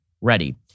ready